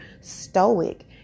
stoic